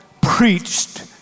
preached